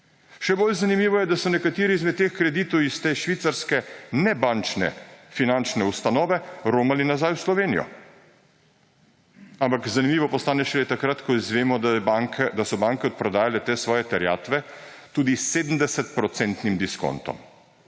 Še bolj zanimivo je, da so nekateri izmed teh kreditov iz te švicarske nebančne finančne ustanove romali nazaj v Slovenijo. Ampak zanimivo postane šele takrat, ko izvemo, da so banke odprodajale te svoje terjatve tudi s 70-procentnim